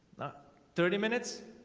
now thirty minutes